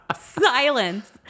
Silence